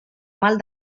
mal